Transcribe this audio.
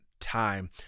time